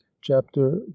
Chapter